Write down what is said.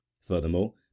Furthermore